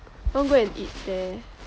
I want go and eat there